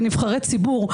כנבחרי ציבור,